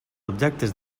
objectes